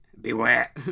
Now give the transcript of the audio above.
Beware